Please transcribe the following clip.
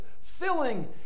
filling